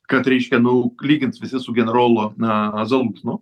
kad reiškia nu lygins visi su generolo na zalūžno